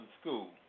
school